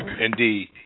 Indeed